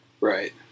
Right